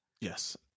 Yes